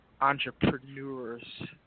entrepreneurs